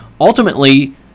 ultimately